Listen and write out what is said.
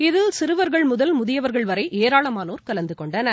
இதில் சிறுவர்கள் முதல் முதியவர்கள்வரை ஏராளமானோர் கலந்தகொண்டனர்